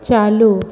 चालू